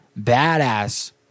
badass